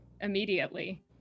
immediately